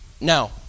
Now